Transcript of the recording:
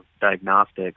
diagnostics